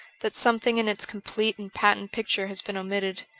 that some thing in its complete and patent picture has been omitted.